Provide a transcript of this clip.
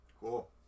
Cool